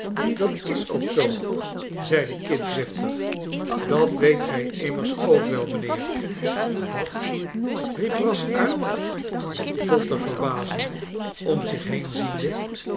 dat is ook zoo zeide kit driftig dat weet gij immers nog wel mijnheer wat riep brass uit met botte verbazing om zich heen ziende